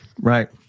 right